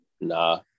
Nah